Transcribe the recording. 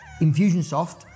Infusionsoft